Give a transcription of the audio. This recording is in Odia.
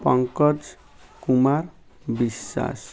ପଙ୍କଜ କୁମାର ବିଶ୍ୱାସ